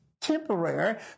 temporary